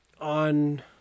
on